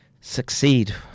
succeed